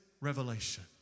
revelation